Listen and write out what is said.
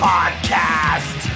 Podcast